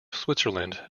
switzerland